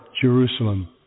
Jerusalem